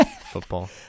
football